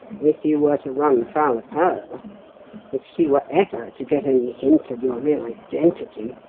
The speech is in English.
if you were to run foul of her if she were ever to get any hint of your real identity